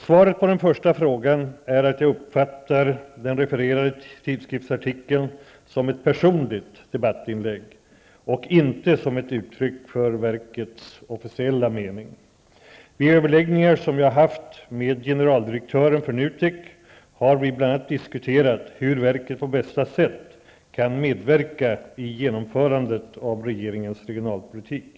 Svaret på den första frågan är att jag uppfattar den refererade tidskriftsartikeln som ett personligt debattinlägg och inte som ett uttryck för verkets officiella mening. Vid överläggningar som jag har haft med generaldirektören för NUTEK har vi bl.a. diskuterat hur verket på bästa sätt kan medverka i genomförandet av regeringens regionalpolitik.